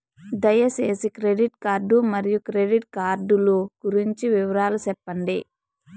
దయసేసి credit card మరియు credit కార్డు లు గురించి వివరాలు సెప్పండి?